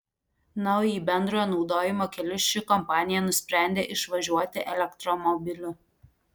na o į bendrojo naudojimo kelius ši kompanija nusprendė išvažiuoti elektromobiliu